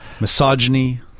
misogyny